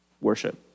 worship